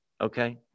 Okay